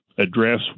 address